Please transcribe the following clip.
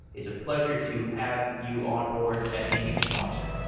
it's a pleasure to have you onboard as a new sponsor.